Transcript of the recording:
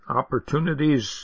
opportunities